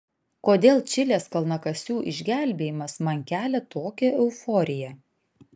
kodėl čilės kalnakasių išgelbėjimas man kelia tokią euforiją